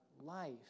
life